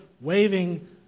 waving